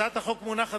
הצעת החוק המונחת